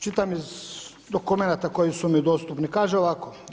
Čitam iz dokumenata koji su mi dostupni, kaže ovako.